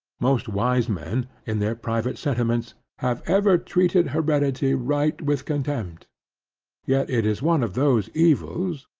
most wise men, in their private sentiments, have ever treated hereditary right with contempt yet it is one of those evils,